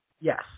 Yes